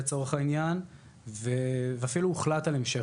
לצערי ולצער כולנו אין מערכת אחת שיכולה לספור,